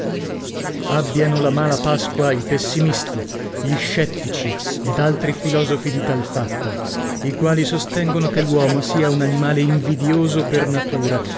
abbiano la mala pasqua i pessimisti gli scettici ed altri filosofi di tal fatta i quali sostengono che l'uomo sia un animale invidioso per natura